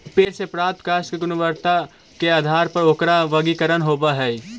पेड़ से प्राप्त काष्ठ के गुणवत्ता के आधार पर ओकरा वर्गीकरण होवऽ हई